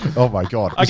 oh my god.